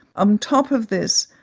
um top of this,